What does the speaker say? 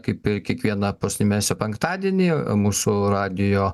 kaip ir kiekvieną paskutinį mėnesio penktadienį mūsų radijo